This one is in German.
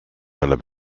meiner